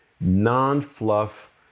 non-fluff